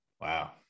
Wow